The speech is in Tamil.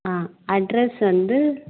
ஆ அட்ரெஸ் வந்து